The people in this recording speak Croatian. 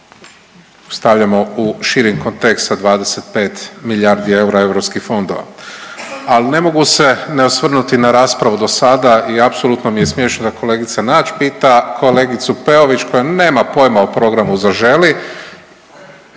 stavljamo u širi kontekst sa 25 milijardi eura europskih fondova, ali ne mogu se ne osvrnuti na raspravu do sada i apsolutno mi je smiješno da kolegica Nađ pita kolegicu Peović koja nema pojma o programu Zaželi,